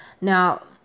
Now